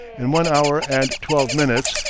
in one hour and twelve minutes,